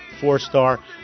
four-star